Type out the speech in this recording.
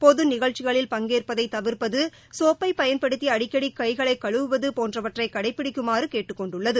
பொது நிகழ்ச்சிகளில் பங்கேற்பதை தவிர்ப்பது சோப்பை பயன்படுத்தி அடிக்கடி கழுவுவது போன்றவற்றை கடைப்பிடிக்குமாறு கேட்டுக்கொண்டுள்ளது